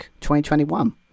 2021